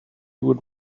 would